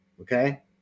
Okay